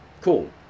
Cool